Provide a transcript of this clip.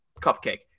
Cupcake